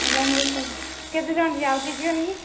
online book କର କେତେଜଣ ଯିବା ଆଉ କେହି ଯିବେନି କି